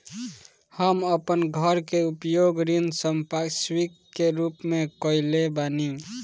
हम अपन घर के उपयोग ऋण संपार्श्विक के रूप में कईले बानी